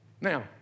Now